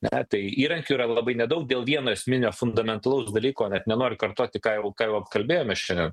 na tai įrankių yra labai nedaug dėl vieno esminio fundamentalaus dalyko net nenoriu kartoti ką jau ką jau apkalbėjome šiandien